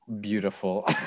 beautiful